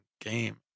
game